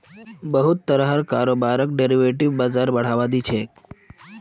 बहुत तरहर कारोबारक डेरिवेटिव बाजार बढ़ावा दी छेक